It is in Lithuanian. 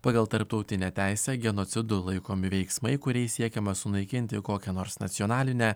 pagal tarptautinę teisę genocidu laikomi veiksmai kuriais siekiama sunaikinti kokią nors nacionalinę